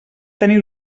tenir